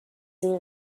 این